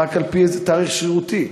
רק על-פי איזה תאריך שרירותי.